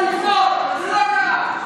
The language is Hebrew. אני, יו"ר המפלגה, אין לה מה, בנימה אישית,